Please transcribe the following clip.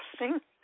interesting